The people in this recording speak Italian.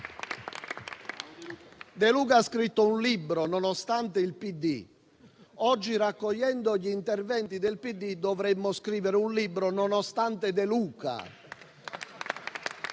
De Luca ha scritto il libro «Nonostante il PD»; oggi, raccogliendo gli interventi del PD, dovremmo scrivere un libro intitolato «Nonostante De Luca».